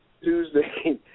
Tuesday